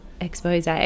expose